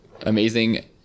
amazing